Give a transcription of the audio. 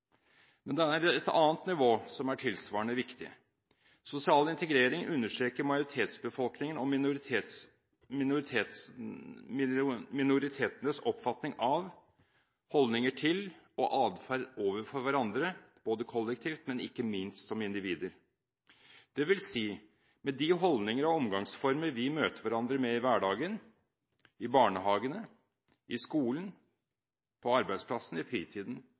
Men det er et annet nivå som er tilsvarende viktig. Sosial integrering understreker majoritetsbefolkningen og minoritetenes oppfatning av holdninger til og adferd overfor hverandre både kollektivt og ikke minst som individer – det vil si med de holdninger og omgangsformer vi møter hverandre med i hverdagen: i barnehagene, i skolen, på arbeidsplassen, i fritiden